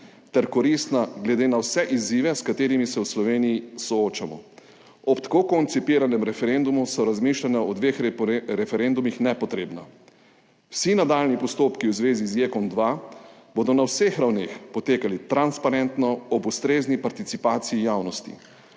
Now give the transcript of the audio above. ter koristna glede na vse izzive, s katerimi se v Sloveniji soočamo. Ob tako koncipiranem referendumu so razmišljanja o dveh referendumih nepotrebna. Vsi nadaljnji postopki v zvezi z JEK2 bodo na vseh ravneh potekali transparentno, ob ustrezni participaciji javnosti.